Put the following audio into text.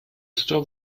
store